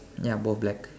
ya both black